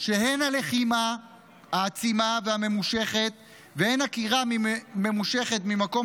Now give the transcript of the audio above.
שהן הלחימה העצימה והממושכת והן עקירה ממושכת ממקום